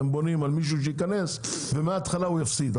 אתם בונים על מישהו שייכנס ומהתחלה הוא יפסיד.